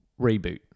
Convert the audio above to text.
reboot